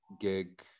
gig